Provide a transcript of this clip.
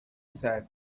said